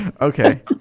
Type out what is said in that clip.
Okay